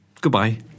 Goodbye